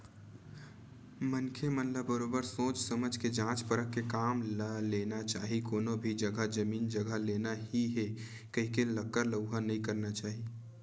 मनखे मन ल बरोबर सोझ समझ के जाँच परख के काम ल लेना चाही कोनो भी जघा जमीन जघा लेना ही हे कहिके लकर लउहा नइ करना चाही